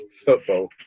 football